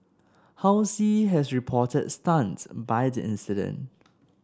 Halsey has reportedly stunned by the incident